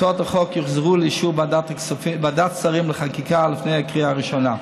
הצעות החוק יוחזרו לאישור ועדת שרים לחקיקה לפני הקריאה הראשונה.